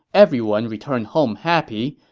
everyone returned home happy,